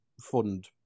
fund